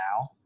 now